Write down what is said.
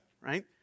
right